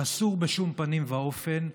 זה אסור בשום פנים ואופן,